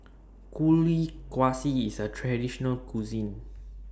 Kuih Kaswi IS A Traditional Local Cuisine